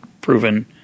proven